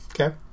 Okay